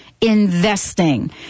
Investing